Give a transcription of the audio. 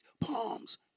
palms